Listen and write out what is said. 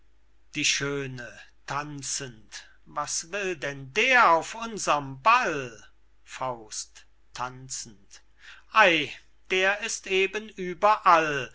die schöne tanzend was will denn der auf unserm ball faust tanzend ey der ist eben überall